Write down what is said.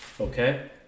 okay